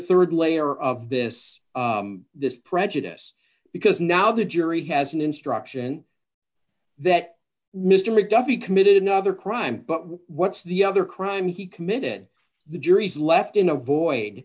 the rd layer of this this prejudice because now the jury has an instruction that mr mcduffee committed another crime but what's the other crime he committed the jury's left in a void